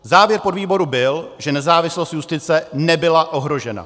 Závěr podvýboru byl, že nezávislost justice nebyla ohrožena.